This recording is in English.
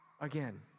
again